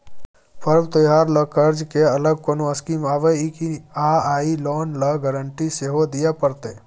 पर्व त्योहार ल कर्ज के अलग कोनो स्कीम आबै इ की आ इ लोन ल गारंटी सेहो दिए परतै?